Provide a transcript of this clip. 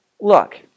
Look